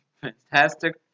Fantastic